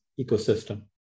ecosystem